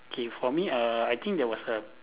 okay for me err I think there was a